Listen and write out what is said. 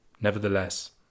Nevertheless